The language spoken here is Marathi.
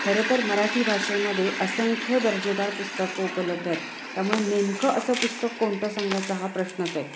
खरं तर मराठी भाषेमध्ये असंख्य दर्जेदार पुस्तकं उपलब्ध आहेत त्यामुळे नेमकं असं पुस्तक कोणतं सांगायचा हा प्रश्नच आहे